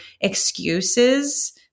excuses